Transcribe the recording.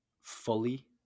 fully